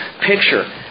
picture